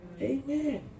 Amen